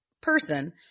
person